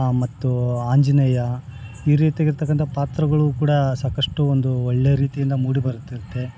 ಮತ್ತು ಆಂಜನೇಯ ಈ ರೀತಿಯಾಗಿರ್ತಕ್ಕಂಥ ಪಾತ್ರಗಳು ಕೂಡ ಸಾಕಷ್ಟು ಒಂದು ಒಳ್ಳೆ ರೀತಿಯಿಂದ ಮೂಡಿಬರುತ್ತಿರುತ್ತೆ